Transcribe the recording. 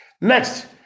Next